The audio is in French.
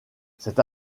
cette